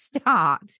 start